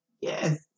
Yes